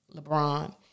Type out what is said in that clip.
LeBron